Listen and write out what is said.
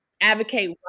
advocate